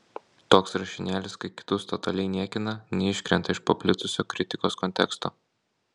toks rašinėlis kai kitus totaliai niekina neiškrenta iš paplitusio kritikos konteksto